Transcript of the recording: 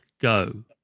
go